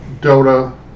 Dota